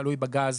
תלוי בגז,